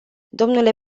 domnule